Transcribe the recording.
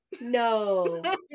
No